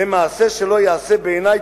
זה מעשה שלא ייעשה, בעיני.